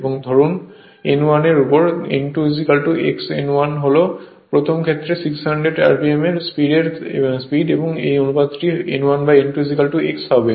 এবং ধরুন n 1 এর উপর n 2 x n 1 হল প্রথম ক্ষেত্রে 600 rpm এর স্পিড এর এবং এই অনুপাতটি n 1 n 2 x হবে